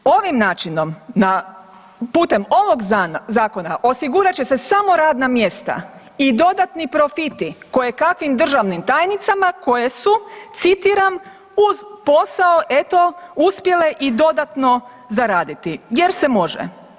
Ovim načina, putem ovog zakona osigurat će se samo radna mjesta i dodatni profiti kojekakvim državnim tajnicama koje su citiram uz posao eto uspjele i dodatno zaraditi jer se može.